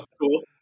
cool